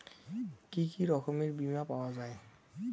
কি কি রকমের বিমা পাওয়া য়ায়?